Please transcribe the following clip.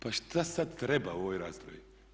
Pa šta sada treba u ovoj raspravi?